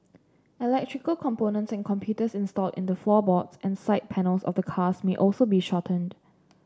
electrical components and computers installed in the floorboards and side panels of the cars may also be shorted